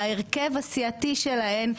ההרכב הסיעתי שלהן,